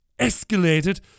escalated